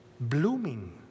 Blooming